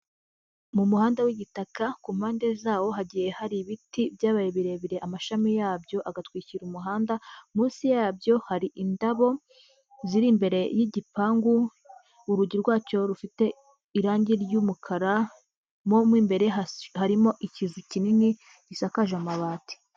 Mu muhanda w'igitaka, ku mpande zawo hagiye hari ibiti byabaye birebire, amashami yabyo agatwikira umuhanda, munsi yabyo hari indabo ziri imbere y'igipangu, urugi rwacyo rufite irangi ry'umukara, mo imbere harimo ikizu kinini gisakaje amabati.